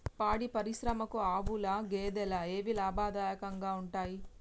పాడి పరిశ్రమకు ఆవుల, గేదెల ఏవి లాభదాయకంగా ఉంటయ్?